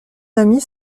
amis